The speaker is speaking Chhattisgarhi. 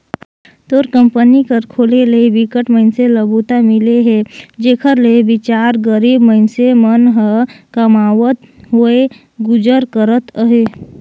तोर कंपनी कर खोले ले बिकट मइनसे ल बूता मिले हे जेखर ले बिचार गरीब मइनसे मन ह कमावत होय गुजर करत अहे